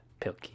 Pilkey